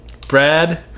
Brad